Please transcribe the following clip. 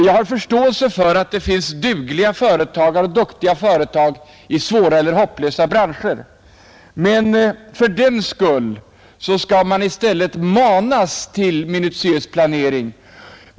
Jag har förståelse för att det finns dugliga företagare och välskötta företag i svåra eller hopplösa branscher, men fördenskull skall man i stället manas till minutiös planering.